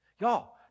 y'all